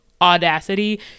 audacity